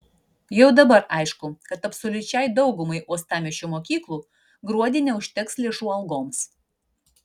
jau dabar aišku kad absoliučiai daugumai uostamiesčio mokyklų gruodį neužteks lėšų algoms